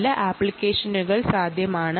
നല്ല ആപ്ലിക്കേഷനുകൾ സാധ്യമാണ്